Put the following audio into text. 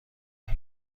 این